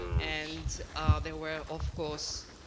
and there were of course